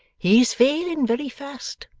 he's failing very fast.